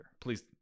Please